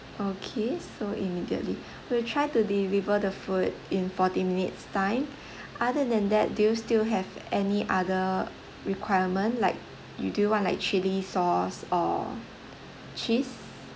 okay so immediately we'll try to deliver the food in forty minutes time other than that do you still have any other requirement like you do want like chilli sauce or cheese